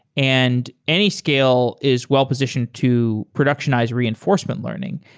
and anyscale is well-positioned to productionize reinforcement learning.